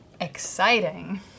exciting